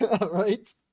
right